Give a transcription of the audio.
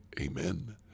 Amen